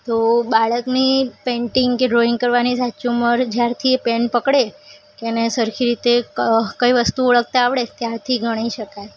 તો બાળકની પેઇન્ટિંગ કે ડ્રૉઈંગ કરવાની સાચી ઉંમર જયારથી એ પૅન પકડે અને સરખી રીતે કઈ વસ્તુ ઓળખતાં આવડે ત્યારથી ગણી શકાય